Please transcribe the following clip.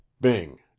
Bing